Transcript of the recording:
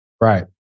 Right